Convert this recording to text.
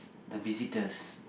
the visitors